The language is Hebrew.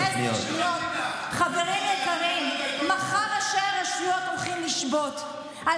תקראי, על מה הם שובתים מחר?